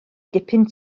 dipyn